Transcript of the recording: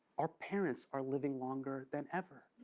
our parents are living longer than ever.